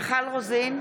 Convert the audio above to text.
מיכל רוזין,